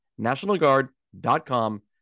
NationalGuard.com